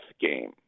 game